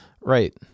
Right